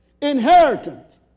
Inheritance